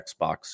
xbox